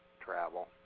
travel